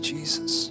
Jesus